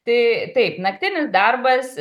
tai taip naktinis darbas